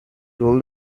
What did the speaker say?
told